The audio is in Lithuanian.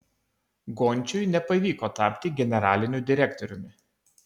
gončiui nepavyko tapti generaliniu direktoriumi